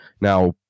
Now